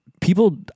People